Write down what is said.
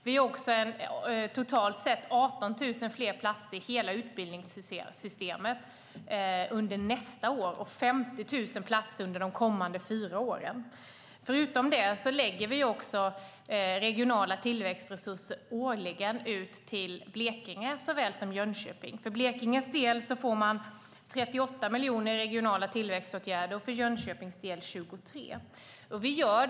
Vi tillsätter totalt sett 18 000 fler platser i hela utbildningssystemet under nästa år och 50 000 platser under de kommande fyra åren. Förutom detta lägger vi årligen ut regionala tillväxtresurser till Blekinge såväl som Jönköping. För Blekinges del får man 38 miljoner i regionala tillväxtåtgärder och för Jönköpings del 23 miljoner.